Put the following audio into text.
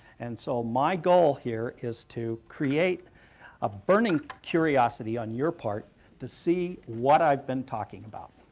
and so my goal here is to create a burning curiosity on your part to see what i've been talking about.